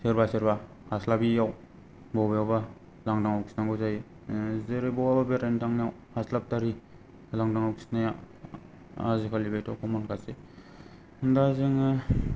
सोरबा सोरबा हास्लाबैयाव बबेयावबा लान्दांआव खिनांगौ जायो जेरै बहाबा बेरायनो थांनायाव हास्लाबथारै लान्दांआव खिनाया आजिखालि बेथ' कमनखासै हम्बा जोङो